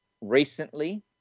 recently